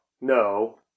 no